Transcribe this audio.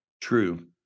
true